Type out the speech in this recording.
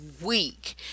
week